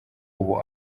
ubu